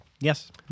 Yes